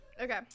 okay